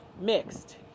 Mixed